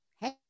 Hey